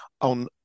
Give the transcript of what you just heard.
on